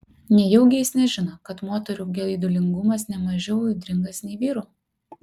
nejaugi jis nežino kad moterų geidulingumas ne mažiau audringas nei vyrų